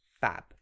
Fab